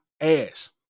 ass